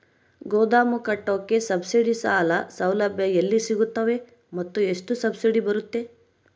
ಗೋದಾಮು ಕಟ್ಟೋಕೆ ಸಬ್ಸಿಡಿ ಸಾಲ ಸೌಲಭ್ಯ ಎಲ್ಲಿ ಸಿಗುತ್ತವೆ ಮತ್ತು ಎಷ್ಟು ಸಬ್ಸಿಡಿ ಬರುತ್ತೆ?